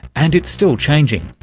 and it's still changing.